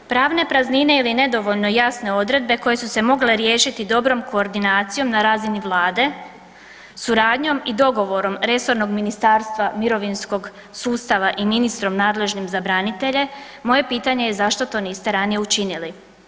Pravne praznine ili nedovoljno jasne odredbe koje su se mogle riješiti dobrom koordinacijom na razini Vlade, suradnjom i dogovorom resornog ministarstva mirovinskog sustava i ministrom nadležnim za branitelje, moje pitanje je zašto to niste ranije učinili.